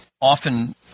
often